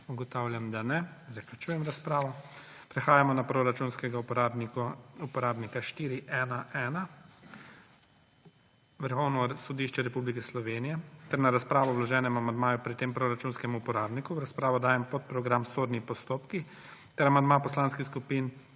Ugotavljam, da ne. Zaključujem razpravo. Prehajamo na proračunskega uporabnika 4111 Vrhovno sodišče Republike Slovenije ter na razpravo o vloženem amandmaju pri tem proračunskem uporabniku. V razpravo dajem podprogram Sodni postopki ter amandma poslanskih skupin